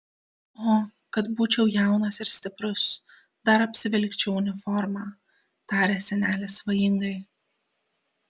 o kad būčiau jaunas ir stiprus dar apsivilkčiau uniformą tarė senelis svajingai